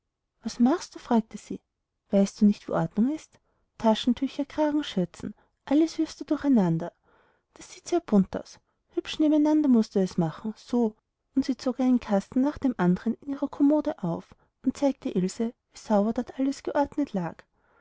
was machst du fragte sie weißt du nicht wie ordnung ist taschentücher kragen schürzen alles wirfst du durcheinander das sieht sehr bunt aus hübsch nebeneinander mußt du es machen so und sie zog einen kasten nach dem andern in ihrer kommode auf und zeigte ilse wie sauber dort alles geordnet lag